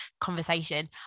conversation